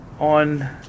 on